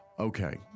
Okay